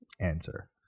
answer